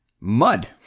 mud